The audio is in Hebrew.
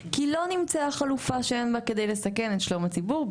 כי לא נמצאה חלופה זמנית שאין בה כדי לסכן את שלום הציבור,